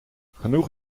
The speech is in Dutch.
genoeg